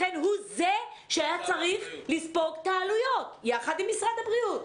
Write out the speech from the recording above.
לכן הוא זה שהיה צריך לספוג את העלויות ביחד עם משרד הבריאות,